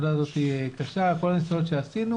העבודה הזאת קשה, כל הניסיונות שעשינו